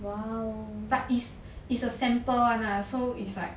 but it's it's a sample [one] lah so it's like